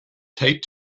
taped